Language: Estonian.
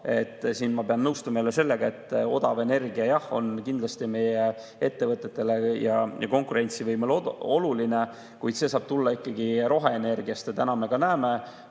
odav. Ma pean nõustuma jälle sellega, et odav energia on kindlasti meie ettevõtetele ja konkurentsivõimele oluline, kuid see saab tulla ikkagi roheenergiast. Täna me ka näeme,